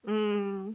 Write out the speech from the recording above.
mm